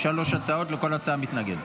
יש שלוש הצעות, לכל הצעה מתנגד.